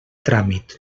tràmit